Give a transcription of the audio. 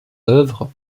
œuvres